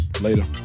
Later